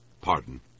Pardon